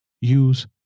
use